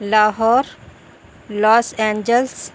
Lahore Los Angeles